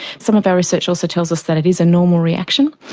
some of our research also tells us that it is a normal reaction,